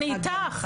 אני איתך,